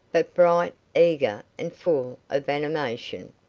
but bright, eager, and full of animation.